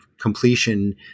completion